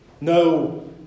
No